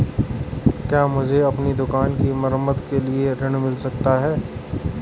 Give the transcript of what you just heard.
क्या मुझे अपनी दुकान की मरम्मत के लिए ऋण मिल सकता है?